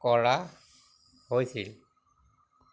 কৰা হৈছিল